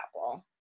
Apple